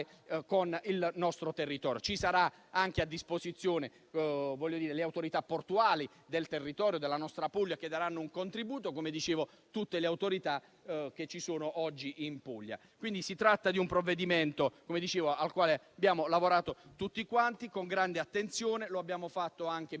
con il nostro territorio. Saranno a disposizione anche le autorità portuali del territorio della nostra Puglia, che daranno un contributo, così come tutte le autorità oggi presenti in Puglia. Si tratta di un provvedimento al quale abbiamo lavorato tutti quanti con grande attenzione. Lo abbiamo fatto anche